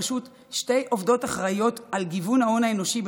ברשות שתי עובדות האחראיות לגיוון ההון האנושי.